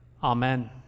Amen